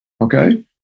okay